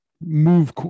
move